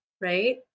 right